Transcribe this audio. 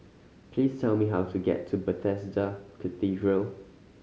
please tell me how to get to Bethesda Cathedral